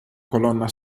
colonna